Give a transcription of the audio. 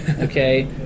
okay